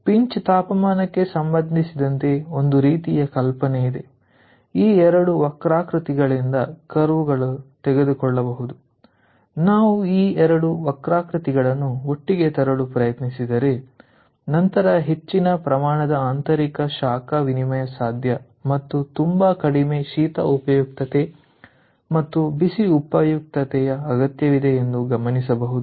pinch ತಾಪಮಾನಕ್ಕೆ ಸಂಬಂಧಿಸಿದಂತೆ ಒಂದು ರೀತಿಯ ಕಲ್ಪನೆಯಾಗಿದೆ ಈ 2 ವಕ್ರಾಕೃತಿಗಳಿಂದ ತೆಗೆದುಕೊಳ್ಳಬಹುದು ನಾವು ಈ 2 ವಕ್ರಾಕೃತಿಗಳನ್ನು ಒಟ್ಟಿಗೆ ತರಲು ಪ್ರಯತ್ನಿಸಿದರೆ ನಂತರ ಹೆಚ್ಚಿನ ಪ್ರಮಾಣದ ಆಂತರಿಕ ಶಾಖ ವಿನಿಮಯ ಸಾಧ್ಯ ಮತ್ತು ತುಂಬಾ ಕಡಿಮೆ ಶೀತ ಉಪಯುಕ್ತತೆ ಮತ್ತು ಬಿಸಿ ಉಪಯುಕ್ತತೆಯ ಅಗತ್ಯವಿದೆ ಎಂದು ಗಮನಿಸಬಹುದು